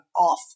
off